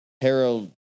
harold